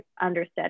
understood